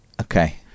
Okay